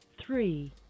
three